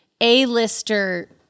A-lister